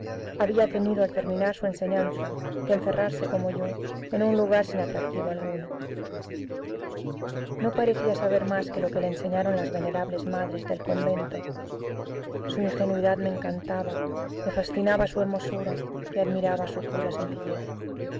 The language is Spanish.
había tenido al terminar su enseñanza que encerrarse como yo en un lugar sin atractivo alguno no parecía saber más que lo que le enseñaron las venerables madres del convento su ingenuidad me encantaba me fascinaba su hermosura y admiraba su pura sencillez